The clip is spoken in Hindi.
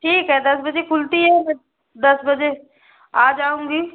ठीक है दस बजे खुलती है मैं दस बजे आ जाऊँगी